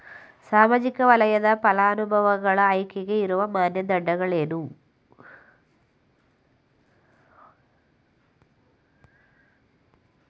ಸಾಮಾಜಿಕ ವಲಯದ ಫಲಾನುಭವಿಗಳ ಆಯ್ಕೆಗೆ ಇರುವ ಮಾನದಂಡಗಳೇನು?